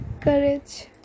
courage